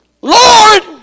Lord